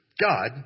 God